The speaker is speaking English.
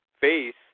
face